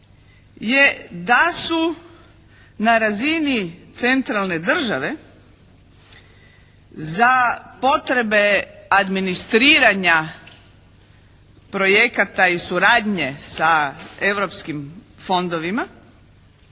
je da su na razini centralne države za potrebe administriranja projekata i suradnje sa europskim fondovima